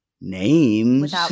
names